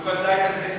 בבקשה.